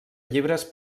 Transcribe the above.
llibres